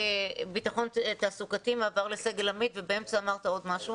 ביטחון תעסוקתי ומעבר לסגל עמית ובאמצע אמרת עוד משהו